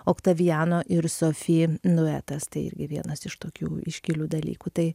oktaviano ir sofi nuetas tai irgi vienas iš tokių iškilių dalykų tai